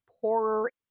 poorer